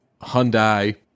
Hyundai